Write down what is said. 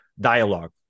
dialogue